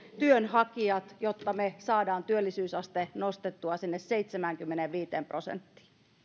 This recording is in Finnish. työnhakijat jotta me saamme työllisyysasteen nostettua sinne seitsemäänkymmeneenviiteen prosenttiin